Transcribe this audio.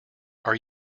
are